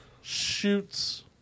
...shoots